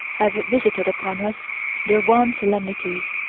have visited upon us their wan solemnities.